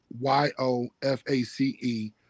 Y-O-F-A-C-E